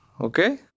okay